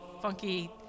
funky